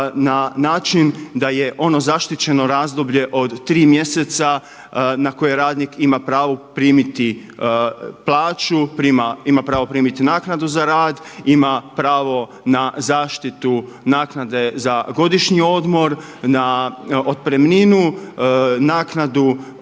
na način da je ono zaštićeno razdoblje od tri mjeseca na koje radnik ima pravo primiti plaću, ima pravo primiti naknadu za rad, ima pravo na zaštitu naknade za godišnji odmor, na otpremninu, naknadu